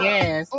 Yes